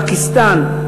פקיסטן,